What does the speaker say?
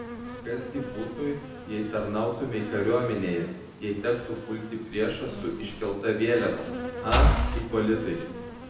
kas gi būtų jei tarnautumei kariuomenėje jei tektų pulti priešą su iškelta vėliava a ipolitai